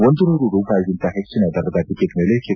ಒಂದು ನೂರು ರೂಪಾಯಿಗಿಂತ ಹೆಚ್ಚಿನ ದರದ ಟಿಕೆಟ್ ಮೇಲೆ ಶೇ